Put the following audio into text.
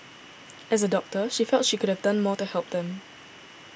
as a doctor she felt she could have done more to help them